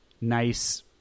nice